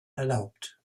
erlaubt